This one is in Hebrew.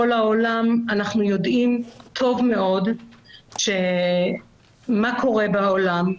העולם אנחנו יודעים טוב מאוד מה קורה בעולם,